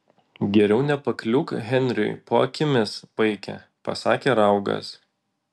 geriau nepakliūk henriui po akimis vaike pasakė raugas